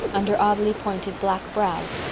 under oddly-pointed black brows,